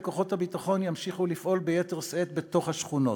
וכוחות הביטחון ימשיכו לפעול ביתר שאת בתוך השכונות,